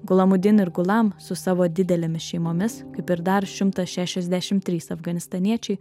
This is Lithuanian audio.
gulamudin ir gulam su savo didelėmis šeimomis kaip ir dar šimtas šešiasdešim trys afganistaniečiai